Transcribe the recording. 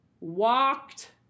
walked